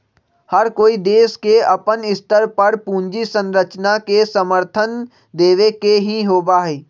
हर कोई देश के अपन स्तर पर पूंजी संरचना के समर्थन देवे के ही होबा हई